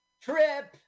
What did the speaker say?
trip